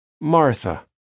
Martha